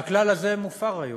הכלל הזה מופר היום.